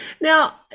Now